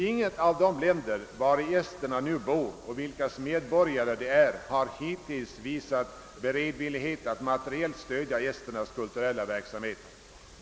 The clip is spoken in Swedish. Inget av de länder där esterna nu bor och vilkas medborgare de är har ännu så länge visat beredvillighet att materiellt ;stödja esternas kulturella verksamhet.